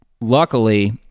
luckily